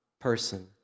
person